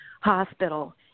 hospital